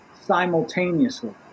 simultaneously